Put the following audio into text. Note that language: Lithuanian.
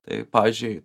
tai pavyzdžiui